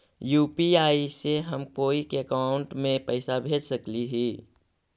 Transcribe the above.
UPI से हम कोई के अकाउंट में पैसा भेज सकली ही?